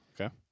okay